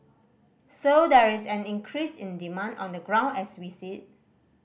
so there is an increase in demand on the ground as we see